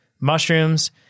mushrooms